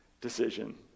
decision